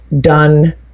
done